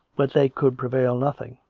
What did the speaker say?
but they could prevail nothing.